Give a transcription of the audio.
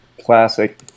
Classic